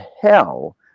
hell